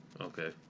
Okay